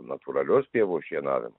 natūralios pievos šienavimą